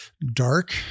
dark